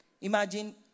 imagine